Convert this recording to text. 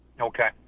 okay